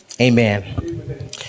Amen